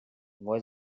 was